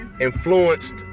influenced